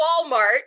Walmart